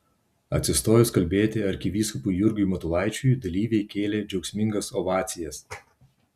atsistojus kalbėti arkivyskupui jurgiui matulaičiui dalyviai kėlė džiaugsmingas ovacijas